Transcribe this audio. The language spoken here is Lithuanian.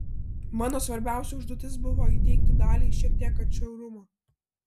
mano svarbiausia užduotis buvo įteigti daliai šiek tiek atšiaurumo